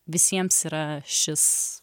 visiems yra šis